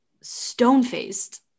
stone-faced